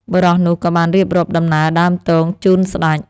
បុរសនោះក៏បានរៀបរាប់ដំណើរដើមទងជូនស្ដេច។